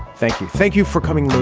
thank you. thank you for coming.